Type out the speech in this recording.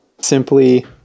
simply